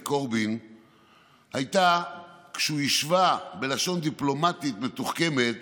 קורבין הייתה כשהוא השווה בלשון דיפלומטית מתוחכמת